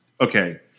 okay